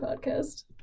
Podcast